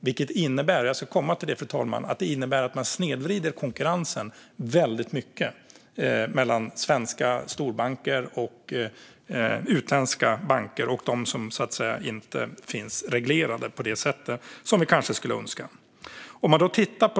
Det innebär, fru talman, att man snedvrider konkurrensen väldigt mycket mellan svenska storbanker och utländska banker och de som, så att säga, inte finns reglerade på det sätt som vi kanske skulle önska.